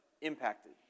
impacted